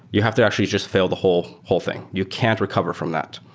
you have to actually just failed the whole whole thing. you can't recover from that,